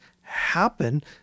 happen